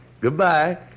Goodbye